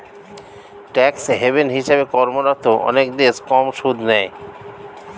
tax haven হিসেবে কর্মরত অনেক দেশ কম সুদ নেয়